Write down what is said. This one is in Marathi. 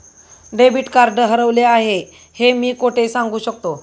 डेबिट कार्ड हरवले आहे हे मी कोठे सांगू शकतो?